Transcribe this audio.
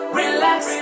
relax